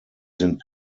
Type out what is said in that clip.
sind